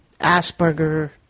Asperger